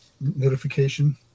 notification